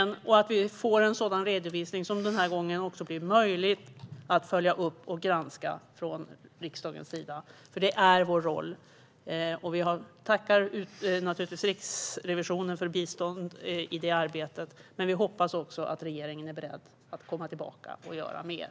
Jag hoppas också att vi den här gången får en redovisning som är möjlig för riksdagen att följa upp och granska, för det är vår roll. Vi tackar naturligtvis Riksrevisionen för biståndet i detta arbete, men vi hoppas också att regeringen är beredd att återkomma och att göra mer.